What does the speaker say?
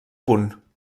punt